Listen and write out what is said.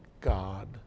God